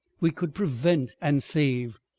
we could prevent and save.